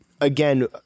again